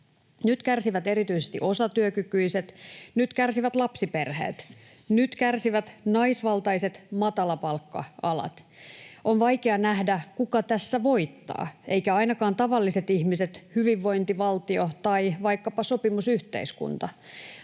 Nyt kärsivät erityisesti osatyökykyiset, nyt kärsivät lapsiperheet, nyt kärsivät naisvaltaiset matalapalkka-alat. On vaikea nähdä, kuka tässä voittaa, eivätkä ainakaan tavalliset ihmiset, hyvinvointivaltio tai vaikkapa sopimusyhteiskunta.